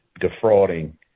defrauding